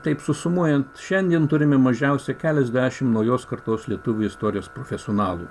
taip susumuojant šiandien turime mažiausiai keliasdešimt naujos kartos lietuvių istorijos profesionalų